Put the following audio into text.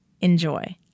Enjoy